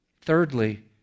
Thirdly